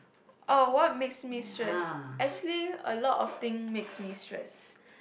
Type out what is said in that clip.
oh what makes me stress actually a lot of thing makes me stress